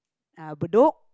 uh Bedok